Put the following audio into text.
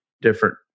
different